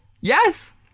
Yes